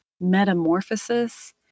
metamorphosis